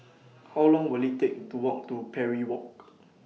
How Long Will IT Take to Walk to Parry Walk